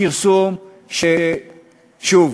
כרסום ששוב,